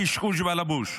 קשקוש בלבוש.